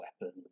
weapon